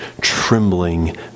trembling